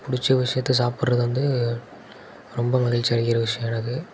பிடிச்ச ஒரு விஷயத்த சாப்பிட்றது வந்து ரொம்ப மகிழ்ச்சி அளிக்கிற விஷயம் எனக்கு